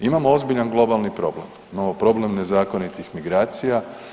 Imamo ozbiljan globalni problem, problem nezakonitih migracija.